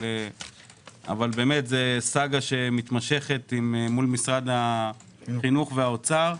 אבל זו סאגה שמשתמשת מול משרד החינוך והאוצר,